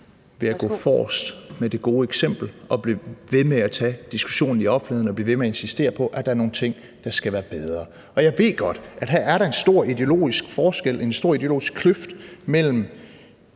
ved at gå forrest med det gode eksempel, ved at blive ved med at tage diskussionen i offentligheden og blive ved med at insistere på, at der er nogle ting, der skal være bedre. Jeg ved godt, at der her er en stor ideologisk forskel, en stor ideologisk kløft, mellem